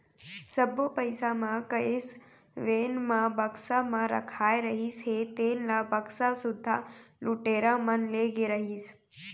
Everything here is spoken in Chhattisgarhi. सब्बो पइसा म कैस वेन म बक्सा म रखाए रहिस हे तेन ल बक्सा सुद्धा लुटेरा मन ले गे रहिस